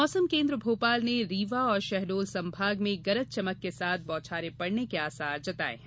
मौसम केंद्र भोपाल ने रीवा और शहडोल संभाग में गरज चमक के साथ बौछार पड़ने के आसार जताये हैं